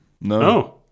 no